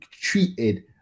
treated